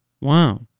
Wow